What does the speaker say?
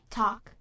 talk